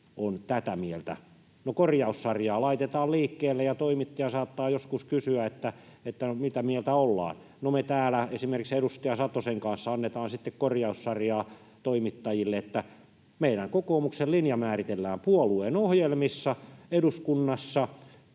on tätä mieltä. No, korjaussarjaa laitetaan liikkeelle, ja toimittaja saattaa joskus kysyä, mitä mieltä ollaan. No, me täällä esimerkiksi edustaja Satosen kanssa annetaan sitten korjaussarjaa toimittajille, että meidän, kokoomuksen, linja määritellään puolueen ohjelmissa eduskunnassa,